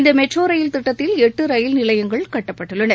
இந்த மெட்ரோ ரயில் திட்டத்தில் எட்டு ரயில் நிலையங்கள் கட்டப்பட்டுள்ளன